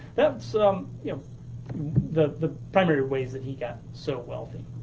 that's um yeah the the primary ways that he got so wealthy.